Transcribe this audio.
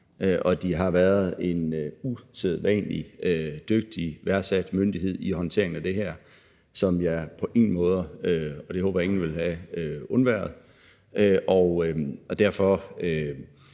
og de har været en usædvanlig dygtig, værdsat myndighed i håndteringen af det her, som jeg på ingen måder – og det håber jeg ingen ville – ville have undværet. Derfor